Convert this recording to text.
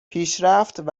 پیشرفت